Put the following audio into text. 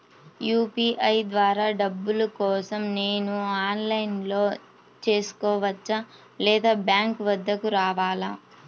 UPI ద్వారా డబ్బులు కోసం నేను ఆన్లైన్లో చేసుకోవచ్చా? లేదా బ్యాంక్ వద్దకు రావాలా?